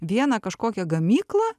vieną kažkokią gamyklą